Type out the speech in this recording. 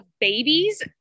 babies